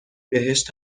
بهشت